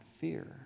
fear